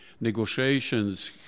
negotiations